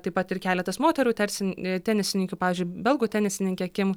taip pat ir keletas moterų tersin tenisininkių pavyzdžiui belgų tenisininkė kim